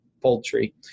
poultry